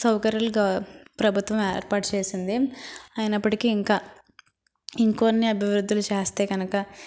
సౌకర్యాలు గ ప్రభుత్వం ఏర్పాటు చేసింది అయినప్పడికి ఇంకా ఇంకొన్ని అభివృద్ధులు చేస్తే కనుక